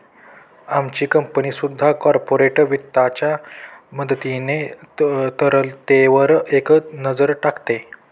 आमची कंपनी सुद्धा कॉर्पोरेट वित्ताच्या मदतीने तरलतेवर एक नजर टाकते